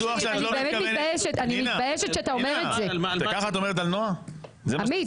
אבל אנשים